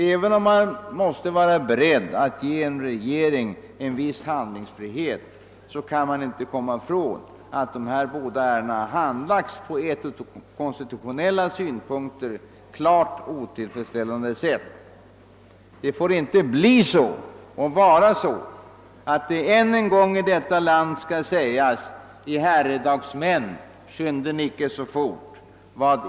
Även om man måste vara beredd att ge regeringen en viss handlingsfrihet kan man inte komma ifrån att dessa ärenden har handlagts på ett från konstitutionella synpunkter klart otillfredsställande sätt. Det får inte bli så att det än gång skall kunna sägas i detta land: »Vad göras skall är allaredan gjort.